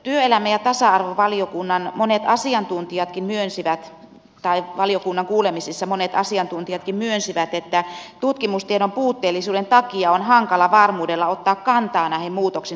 työelämä ja tasa arvovaliokunnan monet asiantuntijatkin myönsivät tai valiokunnan kuulemisissa monet asiantuntijatkin myönsivät että tutkimustiedon puutteellisuuden takia on hankala varmuudella ottaa kantaa näihin muutoksen vaikutuksiin